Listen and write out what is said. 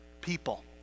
people